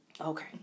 Okay